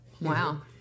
Wow